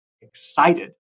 excited